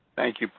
thank you,